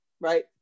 right